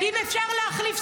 עדת תביעה,